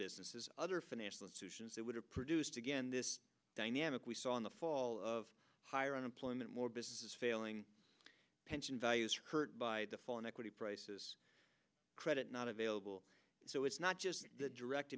businesses other financial solutions that would have produced again this dynamic we saw in the fall of higher unemployment more businesses failing pension values hurt by the fall in equity prices credit not available so it's not just a direct